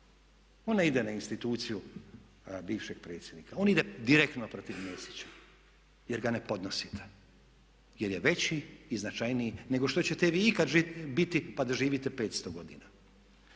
ona ide na instituciju bivšeg predsjednika, ona ide direktno protiv Mesića jer ga ne podnosite jer je veći i značajniji nego što ćete vi ikada biti pa da živite 500 godina.